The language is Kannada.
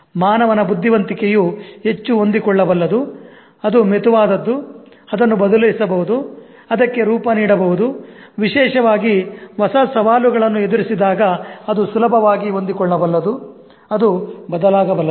ಮಾನವನ ಬುದ್ಧಿವಂತಿಕೆಯು ಹೆಚ್ಚು ಹೊಂದಿಕೊಳ್ಳಬಲ್ಲದು ಅದು ಮೆತುವಾದುದು ಅದನ್ನು ಬದಲಿಸಬಹುದು ಅದಕ್ಕೆ ರೂಪ ನೀಡಬಹುದು ವಿಶೇಷವಾಗಿ ಹೊಸ ಸವಾಲುಗಳನ್ನು ಎದುರಿಸಿದಾಗ ಅದು ಸುಲಭವಾಗಿ ಹೊಂದಿಕೊಳ್ಳಬಲ್ಲದು ಅದು ಬದಲಾಗಬಲ್ಲದು